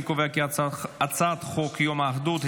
אני קובע כי הצעת חוק יום האחדות,